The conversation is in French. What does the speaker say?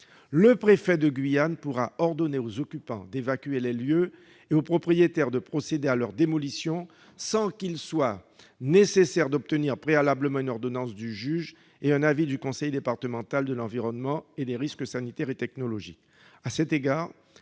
le préfet de Guyane pourra ordonner aux occupants d'évacuer les lieux et aux propriétaires de procéder à leur démolition, sans qu'il soit nécessaire d'obtenir préalablement une ordonnance du juge et un avis du conseil départemental de l'environnement et des risques sanitaires et technologiques.